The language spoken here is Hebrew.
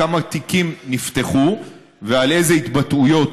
כמה תיקים נפתחו ועל אילו התבטאויות,